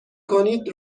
کنید